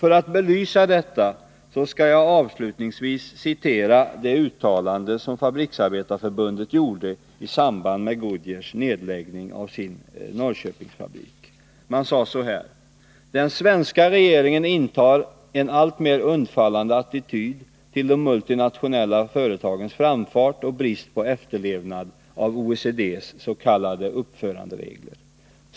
För att belysa detta skall jag avslutningsvis citera ett uttalande som Fabriksarbetareförbundet gjorde i samband med nedläggningen av Goodyears Norrköpingsfabrik: ”Den svenska regeringen intar en alltmer undfallande attityd till de multinationella företagens framfart och brist på efterlevnad av OECD:s s k uppföranderegler.